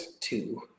two